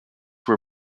were